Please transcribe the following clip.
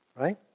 right